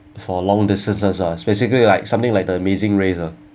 for long distances ah specifically like something like the amazing race lah